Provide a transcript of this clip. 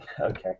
Okay